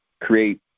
create